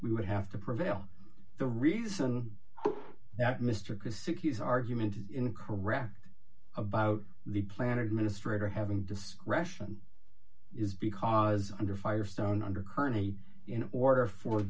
we would have to prevail the reason that mr kosuke use argument is incorrect about the plan administrator having discretion is because under firestone under kearney in order for